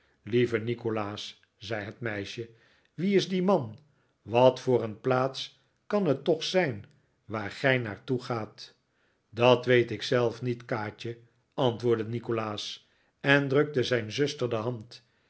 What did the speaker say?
lieve nikolaas zei het meisje wie is die man wat voor een plaats kan het toch zijn waar gij naar toe gaat dat weet ik zelf niet kaatje antwoordde nikolaas en drukte zijn zuster de hand